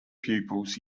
pupils